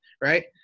Right